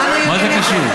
מה זה קשור?